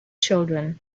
children